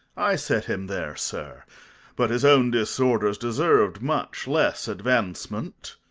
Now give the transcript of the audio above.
i set him there, sir but his own disorders deserv'd much less advancement.